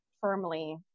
firmly